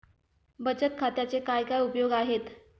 बचत खात्याचे काय काय उपयोग आहेत?